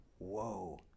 whoa